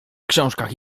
książkach